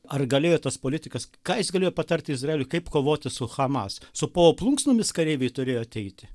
ar galėjo tas politikas ką jis galėjo patarti izraeliui kaip kovoti su hamas su povo plunksnomis kareiviai turėjo ateiti